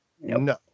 no